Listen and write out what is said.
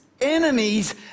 enemies